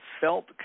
felt